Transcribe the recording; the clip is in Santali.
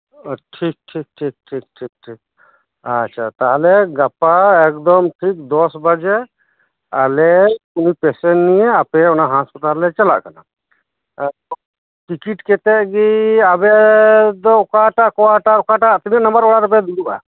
ᱴᱷᱤᱠ ᱴᱷᱤᱠ ᱴᱷᱤᱠ ᱴᱷᱤᱠ ᱴᱷᱤᱠ ᱟᱪ ᱪᱷᱟ ᱛᱟᱦᱞᱮ ᱜᱟᱯᱟ ᱮᱠᱫᱚᱢ ᱴᱷᱤᱠ ᱫᱚᱥ ᱵᱟᱡᱮ ᱟᱞᱮ ᱩᱱᱤ ᱯᱮᱥᱮᱱ ᱱᱤᱭᱮ ᱟᱯᱮ ᱚᱱᱟ ᱦᱟᱸᱥᱯᱟᱛᱟᱞ ᱞᱮ ᱪᱟᱞᱟᱜ ᱠᱟᱱᱟ ᱟᱨ ᱴᱤᱠᱤᱴ ᱠᱟᱛᱮᱜ ᱜᱮ ᱟᱵᱮᱱ ᱫᱚ ᱚᱠᱟᱴᱟᱜ ᱠᱳᱭᱟᱴᱟᱨ ᱛᱤᱱᱟᱹᱜ ᱱᱟᱢᱵᱟᱨ ᱚᱲᱟ ᱨᱮᱵᱮᱱ ᱫᱩᱲᱩᱵᱼᱟ